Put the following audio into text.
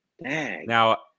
Now